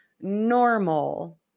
normal